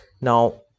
Now